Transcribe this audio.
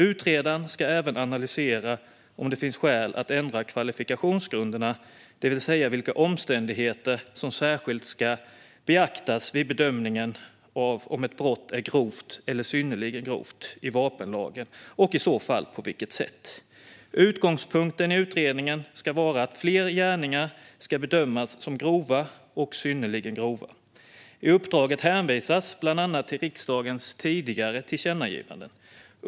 Utredaren ska även analysera om det finns skäl att ändra kvalifikationsgrunderna, det vill säga vilka omständigheter som särskilt ska beaktas vid bedömningen av om ett brott är grovt eller synnerligen grovt i vapenlagen och i så fall på vilket sätt. Utgångspunkten i utredningen ska vara att fler gärningar ska bedömas som grova och synnerligen grova. I uppdraget hänvisas bland annat till riksdagens tidigare tillkännagivanden.